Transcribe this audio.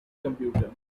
computer